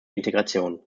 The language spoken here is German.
integration